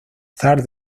zar